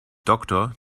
doktor